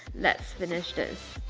let's finish this!